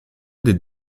des